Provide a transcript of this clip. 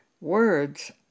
words